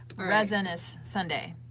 ah resin is sunday.